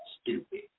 stupid